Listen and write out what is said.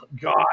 God